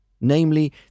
namely